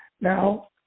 Now